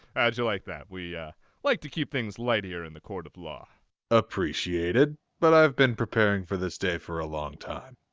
how'd you like that? we like to keep things light here in the court of law aizawa appreciated, but i've been preparing for this day for a long time